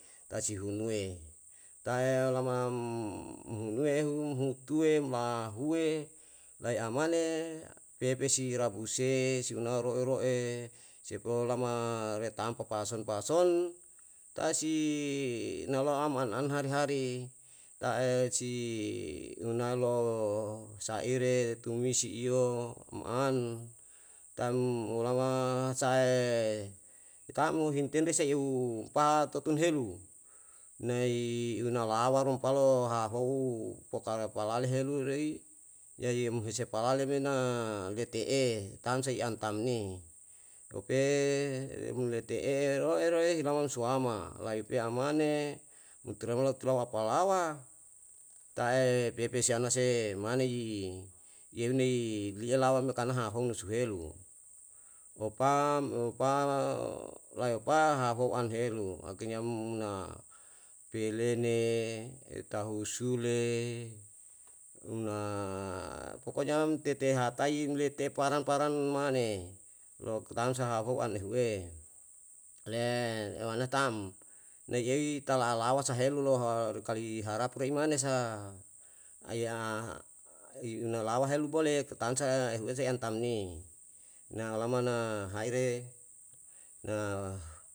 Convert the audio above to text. tae si hunuwe, tae yolama hunuwe hu hutwe mahuwe lai amane pepesi rapuse sinoro'e ro'e sepo lama retmapa pason pason, tae si nalou am an hari hari tae si unalo saeire tumisi iyo um an atm olama saetam mo, hintende sae u patoton helu, nai unalawa rompalo hahou pokal epalale helu rei jadi umhise palale me na lete'e tam sa i an tamni opere mulete'e roe roe ilama suama, lai pe amane umtilama tilau apalawa ta'e pepesi anase mane'i iyeuna lia lawa me karna hahong nusuhelu. Opam opao lae opa hahou anhelu akhirnya umna pelene, tahusule, una pokonya umtetehatai imle te parang parang mane, lou tamsa hahou an lehuwe. ewana tam lei ei tala alawa sahelu loho kali harap rei mane sa, aiya i unalawa helu boleh ke tamsa ehuese an tamni, na lama na haire na